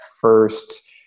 first –